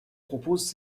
proposent